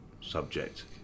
subject